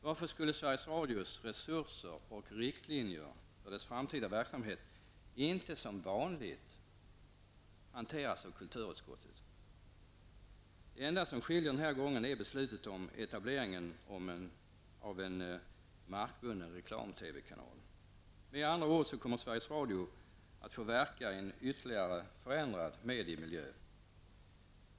Varför skulle Sveriges Radios resurser och riktlinjer för dess framtida verksamhet inte som vanligt hanteras av kulturutskottet? Det enda som är speciellt den här gången är beslutet om etableringen av en markbunden reklam-TV-kanal. Med andra ord kommer Sveriges Radio att få verka i en ytterligare förändrad mediemiljö.